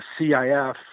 CIF